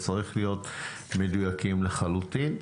צריך להיות מדויקים לחלוטין.